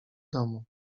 domu